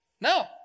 No